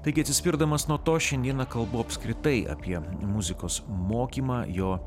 taigi atsispirdamas nuo to šiandieną kalbu apskritai apie muzikos mokymą jo